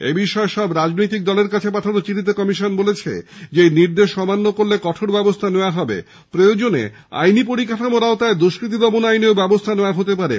এই বিষয়ে সব রাজনৈতিক দলের কাছে পাঠানো চিঠিতে কমিশন বলেছে এই নির্দেশ অমান্য করলে কঠোর ব্যবস্হা নেওয়া হবে প্রয়োজনে আইনি পরিকাঠামোর আওতায় দুষ্কৃতি দমন আইনেও ব্যবস্থা নেওয়া হতে পারে